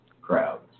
crowds